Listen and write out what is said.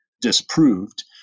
disproved